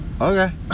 okay